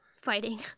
Fighting